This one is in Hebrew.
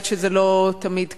כי אני יודעת שזה לא תמיד קל,